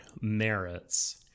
merits